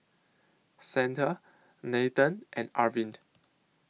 Santha Nathan and Arvind